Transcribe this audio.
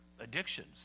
addictions